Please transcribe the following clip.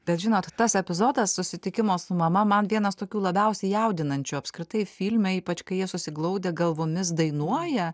bet žinot tas epizodas susitikimo su mama man vienas tokių labiausiai jaudinančių apskritai filme ypač kai jie susiglaudę galvomis dainuoja